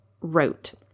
wrote